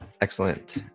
Excellent